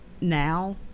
now